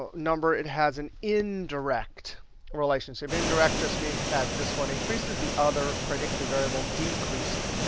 number, it has an indirect relationship. indirect just means as this one increases, the other predictive variable decreases.